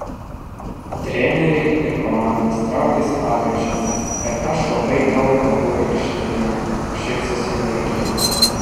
treneriai ir komandos draugės pabrėžia kad aš labai daug kalbu aikštėje šypsosi amerikietė